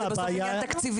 כי בסוף זה עניין תקציבי.